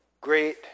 great